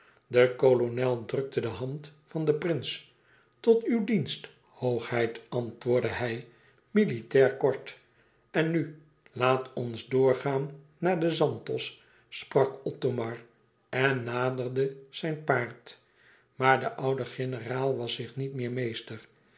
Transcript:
de kolonel drukte de hand van den prins tot uw dienst hoogheid antwoordde hij militair kort en nu laat ons nu doorgaan naar den zanthos sprak othomar en naderde zijn paard maar de oude generaal was zich niet meer meester